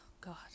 god